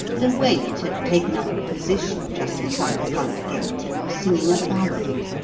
the wait had taken up a position just inside the front gate, and was singing a ballad.